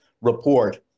report